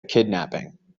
kidnapping